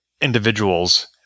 individuals